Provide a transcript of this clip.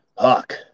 fuck